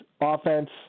offense